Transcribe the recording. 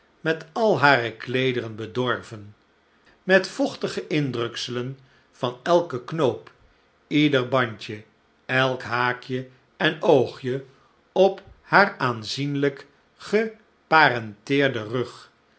met al hare kleederen bedorven met vochtige indrukselen van elken knoop ieder bandje elk haakje en oogje op haar aanzienlijk geparenteerden rug